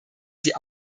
sie